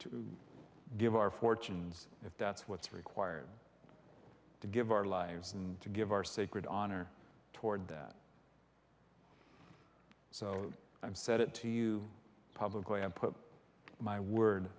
to give our fortunes if that's what's required to give our lives and to give our sacred honor toward that so i've said it to you publicly and put my word